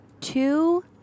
two